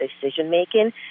decision-making